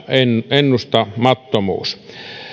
ennustamattomuus